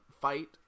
fight